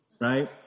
right